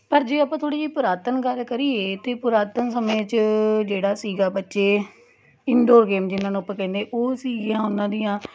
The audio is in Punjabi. ਪਰ ਜੇ ਆਪਾਂ ਥੋੜ੍ਹੀ ਜਿਹੀ ਪੁਰਾਤਨ ਗੱਲ ਕਰੀਏ ਤਾਂ ਪੁਰਾਤਨ ਸਮੇਂ 'ਚ ਜਿਹੜਾ ਸੀਗਾ ਬੱਚੇ ਇੰਡੋਰ ਗੇਮ ਜਿਨ੍ਹਾਂ ਨੂੰ ਆਪਾਂ ਕਹਿੰਦੇ ਉਹ ਸੀਗੀਆਂ ਉਹਨਾਂ ਦੀਆਂ